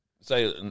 say